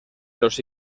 los